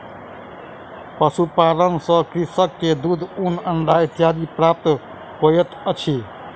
पशुपालन सॅ कृषक के दूध, ऊन, अंडा इत्यादि प्राप्त होइत अछि